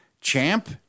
Champ